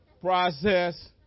process